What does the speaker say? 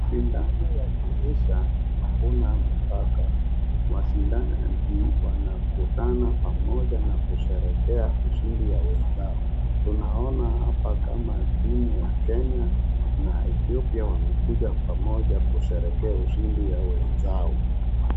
Mashindano ya kiisha hakuna mipaka. Washindaji wanakutana pamoja na kusherekea ushindi ya wenzao. Tunaona hapa kama timu ya Kenya na Ethiopia wamekuja pamoja kusherekea ushindi ya wenzao.